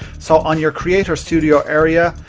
so, on your creators studio area